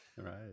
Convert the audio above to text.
Right